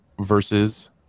versus